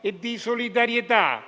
di solidarietà